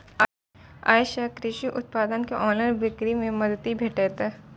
अय सं कृषि उत्पाद के ऑनलाइन बिक्री मे मदति भेटतै